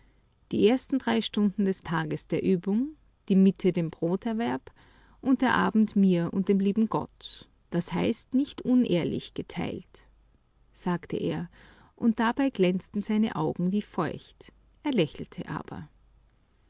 die drei ersten stunden des tages der übung die mitte dem broterwerb und der abend mir und dem lieben gott das heißt nicht unehrlich geteilt sagt er und dabei glänzten seine augen wie feucht er lächelte aber